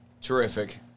terrific